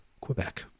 quebec